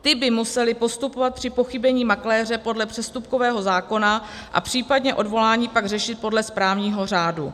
Ty by musely postupovat při pochybení makléře podle přestupkového zákona a případně odvolání pak řešit podle správního řádu.